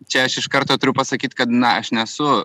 čia aš iš karto turiu pasakyt kad na aš nesu